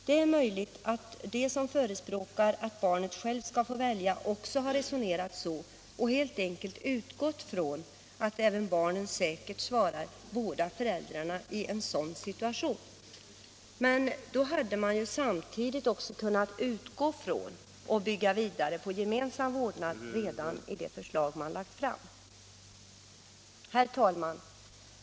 Det är möjligt att de som förespråkar att barnet självt skall få välja också har resonerat så och helt enkelt utgått från som säkert att även barnen i en sådan situation svarar: Båda föräldrarna. Men då hade man ju samtidigt kunnat utgå från och bygga vidare på gemensam vårdnad redan i de förslag man lagt fram. Herr talman!